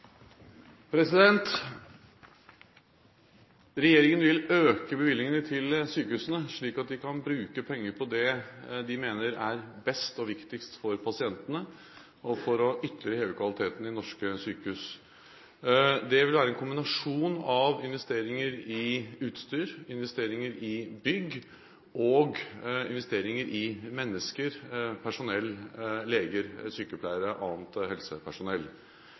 Regjeringen vil øke bevilgningene til sykehusene, slik at de kan bruke penger på det de mener er best og viktigst for pasientene, og for ytterligere å heve kvaliteten i norske sykehus. Det vil være en kombinasjon av investeringer i utstyr, investeringer i bygg og investeringer i mennesker: personell, leger, sykepleiere og annet helsepersonell.